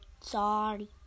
Sorry